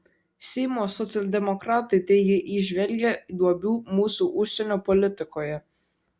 seimo socialdemokratai teigia įžvelgią duobių mūsų užsienio politikoje